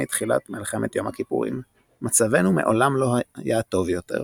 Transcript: תחילת מלחמת יום הכיפורים "מצבנו מעולם לא היה טוב יותר".